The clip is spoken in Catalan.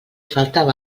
faltava